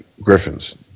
Griffins